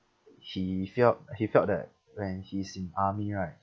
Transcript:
he felt he felt that when he's in army right